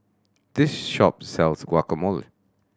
this shop sells Guacamole